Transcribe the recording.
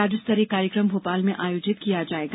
राज्य स्तरीय कार्यक्रम भोपाल में आयोजित किया जाएगा